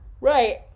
right